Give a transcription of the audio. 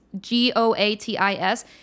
G-O-A-T-I-S